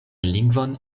lingvon